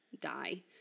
die